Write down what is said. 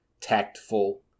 tactful